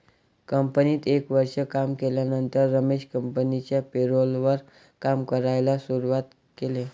कंपनीत एक वर्ष काम केल्यानंतर रमेश कंपनिच्या पेरोल वर काम करायला शुरुवात केले